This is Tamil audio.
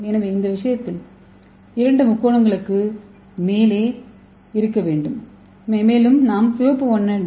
எனவே இந்த விஷயத்தில் இரண்டு முக்கோணங்களும் மேலே இருக்க வேண்டும் மேலும் நாம் சிவப்பு வண்ண டி